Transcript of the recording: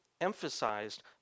emphasized